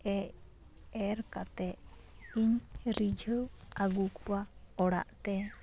ᱮ ᱮᱨ ᱠᱟᱛᱮᱜ ᱤᱧ ᱨᱤᱡᱷᱟᱹᱣ ᱟᱹᱜᱩ ᱠᱚᱣᱟ ᱚᱲᱟᱜ ᱛᱮ